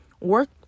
work